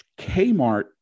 Kmart